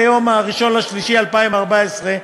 ב-1 במרס 2014,